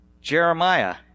Jeremiah